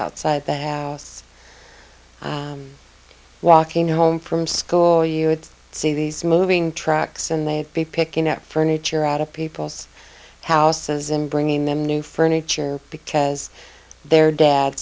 outside the house walking home from school you would see these moving trucks and they'd be picking up furniture out of people's houses and bringing them new furniture because their dad